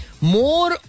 More